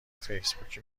فیسبوکی